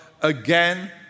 again